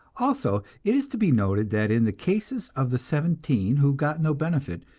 also it is to be noted that in the cases of the seventeen who got no benefit,